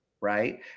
right